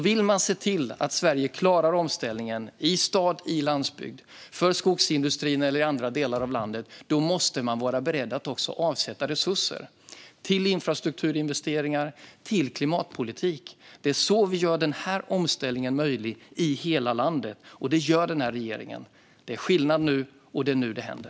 Vill man se till att Sverige klarar omställningen i stad och på landsbygd, för skogsindustrin och för andra delar av landet, måste man vara beredd att också avsätta resurser till infrastrukturinvesteringar och klimatpolitik. Det är på det sättet vi gör den här omställningen möjlig i hela landet, och det gör den här regeringen. Det är skillnad nu, och det är nu det händer.